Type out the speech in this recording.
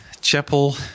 chapel